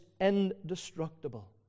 indestructible